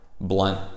Blunt